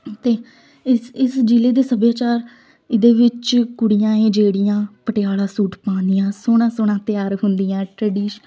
ਅਤੇ ਇਸ ਇਸ ਜ਼ਿਲ੍ਹੇ ਦੇ ਸੱਭਿਆਚਾਰ ਇਹਦੇ ਵਿੱਚ ਕੁੜੀਆਂ ਹੈ ਜਿਹੜੀਆਂ ਪਟਿਆਲਾ ਸੂਟ ਪਾਉਂਦੀਆਂ ਸੋਹਣਾ ਸੋਹਣਾ ਤਿਆਰ ਹੁੰਦੀਆਂ ਟ੍ਰਡੀਸ਼